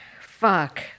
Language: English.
Fuck